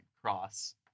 cross